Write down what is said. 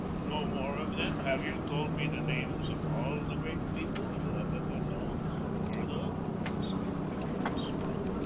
no more of them have you told me the names of all the great people you have ever known or heard of? he said, with a curious smile.